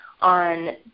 on